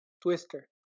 Twister